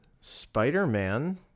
Spider-Man